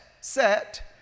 set